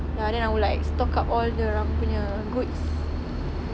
ya then I will like stock up diorang punya goods